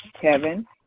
Kevin